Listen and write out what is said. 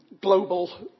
global